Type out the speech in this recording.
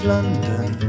London